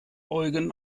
eugen